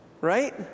right